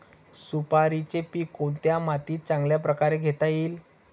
सुपारीचे पीक कोणत्या मातीत चांगल्या प्रकारे घेता येईल?